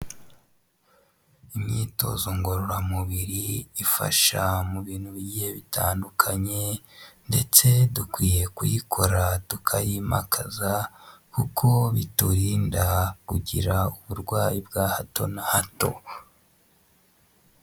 Imyitozo ngororamubiri ifasha mu bintu bigiye bitandukanye ndetse dukwiye kuyikora tukayimakaza kuko biturinda kugira uburwayi bwa hato na hato.